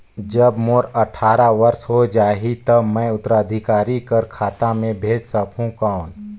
जब मोर अट्ठारह वर्ष हो जाहि ता मैं उत्तराधिकारी कर खाता मे भेज सकहुं कौन?